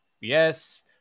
yes